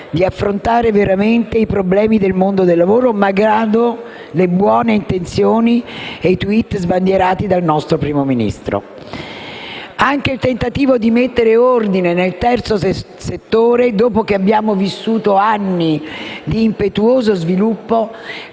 di affrontare veramente i problemi del mondo del lavoro, malgrado le buone intenzioni e i *tweet* sbandierati dal nostro Primo Ministro. Anche il tentativo di mettere ordine nel terzo settore, dopo che abbiamo vissuto anni di impetuoso sviluppo,